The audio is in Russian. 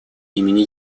имени